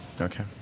Okay